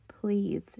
please